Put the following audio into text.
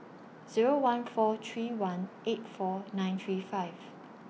Zero one four three one eight four nine three five